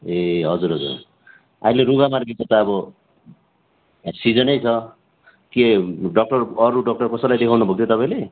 ए हजुर हजुर अहिले रुघा मार्कीको त अब सिजनै छ के डक्टर अरू डक्टर कसैलाई देखाउनुभएको थियो तपाईँले